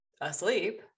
asleep